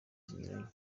zinyuranye